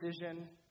decision